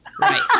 Right